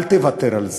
אל תוותר על זה.